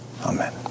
Amen